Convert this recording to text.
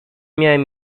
miałem